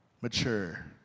mature